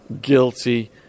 guilty